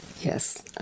Yes